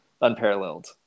unparalleled